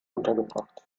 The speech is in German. untergebracht